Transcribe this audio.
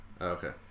Okay